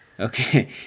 Okay